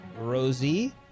Rosie